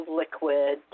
liquid